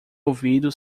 ouvido